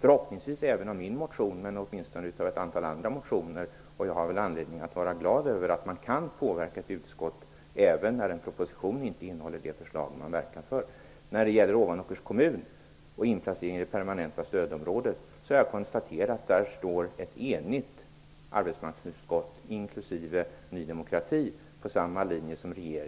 Förhoppningsvis gäller det även min motion men åtminstone ett antal andra motioner. Jag har anledning att vara glad över att man kan påverka ett utskott, även om en proposition inte innehåller det förslag man verkar för. När det gäller Ovanåkers kommuns inplacering i det permanenta stödområdet, har jag konstaterat att ett enigt arbetsmarknadsutskott, inklusive Ny demokrati, går på samma linje som regeringen.